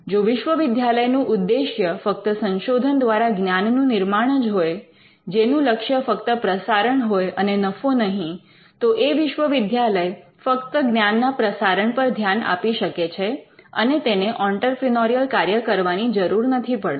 જો વિશ્વવિદ્યાલયનું ઉદ્દેશ્ય ફક્ત સંશોધન દ્વારા જ્ઞાનનું નિર્માણ જ હોય જેનું લક્ષ્ય ફક્ત પ્રસારણ હોય અને નફો નહીં તો એ વિશ્વવિદ્યાલય ફક્ત જ્ઞાનના પ્રસારણ પર ધ્યાન આપી શકે છે અને તેને ઑંટરપ્રિનોરિયલ કાર્ય કરવાની જરૂર નથી પડતી